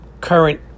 current